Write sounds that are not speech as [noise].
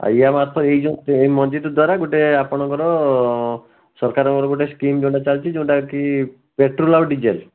[unintelligible] ଏଇ ଯେଉଁ ମଞ୍ଜିଦ୍ୱାରା ଗୋଟେ ଆପଣଙ୍କର ସରକାରଙ୍କ ଗୋଟେ ସ୍କିମ୍ ଯେଉଁଟା ଚାଲିଛି ଯେଉଁଟାକି ପ୍ରେଟୋଲ୍ ଆଉ ଡ଼ିଜେଲ୍